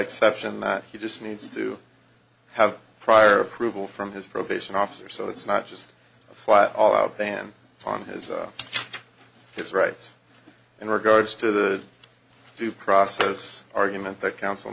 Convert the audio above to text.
exception that he just needs to have prior approval from his probation officer so it's not just fly all out ban on his his rights in regards to the due process argument that coun